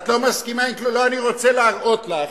את לא מסכימה, אני רוצה להראות לך,